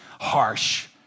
Harsh